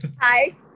Hi